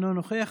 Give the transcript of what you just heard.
אינו נוכח.